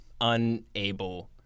unable